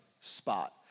spot